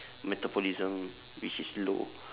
metabolism which is low